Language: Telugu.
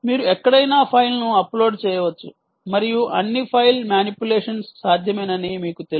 మీరు ఎక్కడైనా ఫైల్ను అప్లోడ్ చేయవచ్చు మరియు అన్ని ఫైల్ మానిప్యులేషన్స్ సాధ్యమేనని మీకు తెలుసు